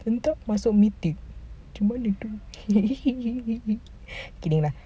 entah masuk meeting macam mana itu kidding lah